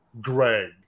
Greg